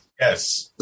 Yes